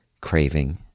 craving